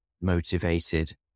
motivated